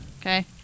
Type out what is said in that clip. Okay